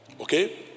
Okay